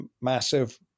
massive